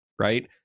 right